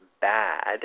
bad